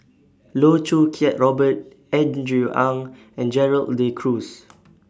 Loh Choo Kiat Robert Andrew Ang and Gerald De Cruz